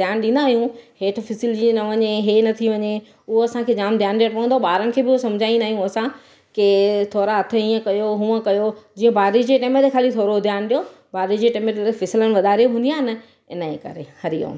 ध्यानु ॾींदा आहियूं हेठि फिसलजी न वञे इहे न थी वञे उहा असांखे जाम ध्यानु ॾियणो पवंदो ॿारनि खे बि सम्झाईंदा आहियूं असांखे थोरा हथु ईअं कयो हूअ कयो जीअं बारिश जे टाइम ते थोरो ध्यानु ॾियो बारिश जे टाइम ते फिसलनि वधारे हूंदी आहे ना इनजे करे हरिओम